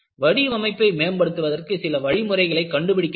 வடிவமைப்பை மேம்படுத்துவதற்கு சில வழிமுறைகளை கண்டுபிடிக்க வேண்டும்